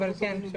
כן.